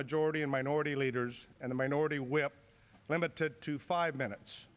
majority and minority leaders and the minority whip limited to five minutes